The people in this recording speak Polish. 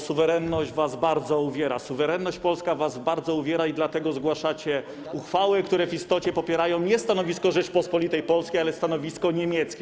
Suwerenność was bardzo uwiera, suwerenność polska was bardzo uwiera i dlatego zgłaszacie uchwały, które w istocie popierają nie stanowisko Rzeczypospolitej Polskiej, ale stanowisko niemieckie.